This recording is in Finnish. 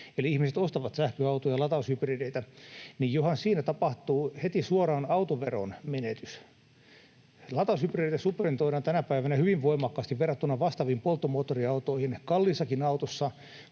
eli ihmiset ostavat sähköautoja ja lataushybridejä, niin johan siinä tapahtuu heti suoraan autoveron menetys. Lataushybridejä subventoidaan tänä päivänä hyvin voimakkaasti verrattuna vastaaviin polttomoottoriautoihin. Kalliissakin autossa